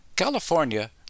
California